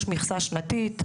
יש מכסה שנתית,